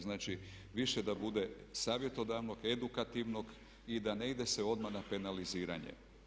Znači, više da bude savjetodavnog, edukativnog i da ne ide se odmah na penaliziranje.